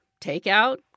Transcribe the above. Takeout